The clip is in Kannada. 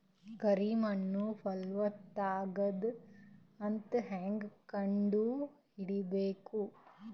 ಕರಿ ಮಣ್ಣು ಫಲವತ್ತಾಗದ ಅಂತ ಹೇಂಗ ಕಂಡುಹಿಡಿಬೇಕು?